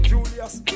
Julius